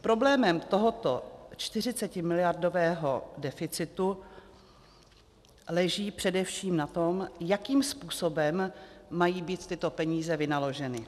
Problémy tohoto 40miliardového deficitu leží především na tom, jakým způsobem mají být tyto peníze vynaloženy.